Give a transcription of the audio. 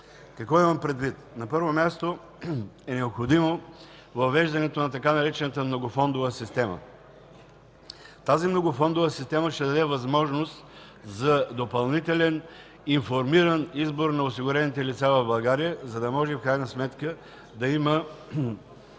Какво имам предвид? На първо място е необходимо въвеждането на така наречената „многофондова система”. Тази многофондова система ще даде възможност за допълнителен информиран избор на осигурените лица в България, за да може в крайна сметка да има